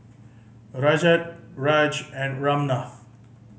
Rajat Raj and Ramnath